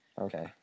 Okay